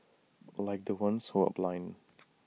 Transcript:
like the ones who are blind